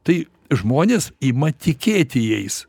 tai žmonės ima tikėti jais